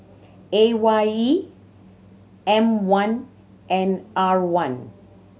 A Y E M One and R one